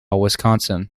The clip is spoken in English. wisconsin